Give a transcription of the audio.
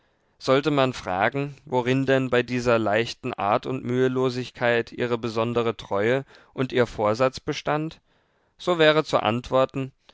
sollte man fragen worin denn bei dieser leichten art und mühelosigkeit ihre besondere treue und ihr vorsatz bestand so wäre zu antworten